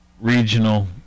regional